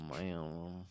Man